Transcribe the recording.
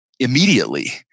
immediately